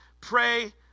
Pray